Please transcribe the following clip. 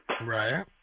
Right